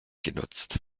genutzt